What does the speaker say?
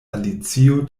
alicio